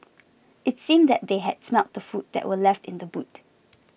it seemed that they had smelt the food that were left in the boot